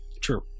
True